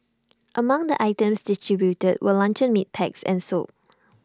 among the items distributed were luncheon meat packs and soap